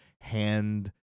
hand